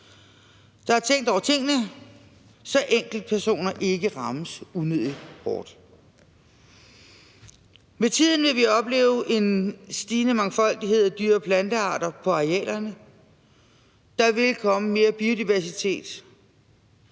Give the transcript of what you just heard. Der er tænkt over tingene, så enkeltpersoner ikke rammes unødig hårdt. Med tiden vil vi opleve en stigende mangfoldighed af dyre- og plantearter på arealerne. Der vil komme mere biodiversitet.